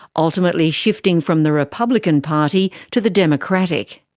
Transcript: ultimately shifting from the republican party to the democratic.